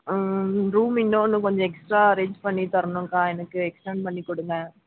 ஆ room இன்னொன்று கொஞ்சம் extra arrange பண்ணி தரணுக்கா எனக்கு எக்ஸ்ட்டெண்ட் பண்ணி கொடுங்க